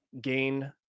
gain